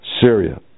Syria